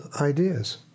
ideas